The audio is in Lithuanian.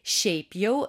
šiaip jau